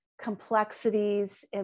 complexities